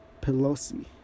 Pelosi